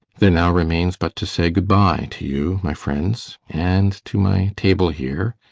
there now remains but to say good-bye to you, my friends, and to my table here,